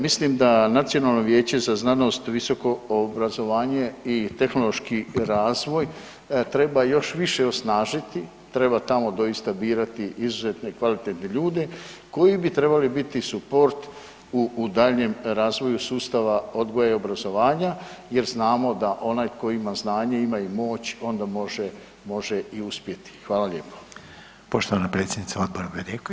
Mislim da Nacionalno vijeće za znanost, visoko obrazovanje i tehnološki razvoj treba još više osnažiti, treba tamo doista birati izuzetne i kvalitetne ljude koji bi trebali biti suport u daljnjem razvoju sustava odgoja i obrazovanja jer znamo da onaj tko ima znanje, ima i moć, onda može i uspjeti.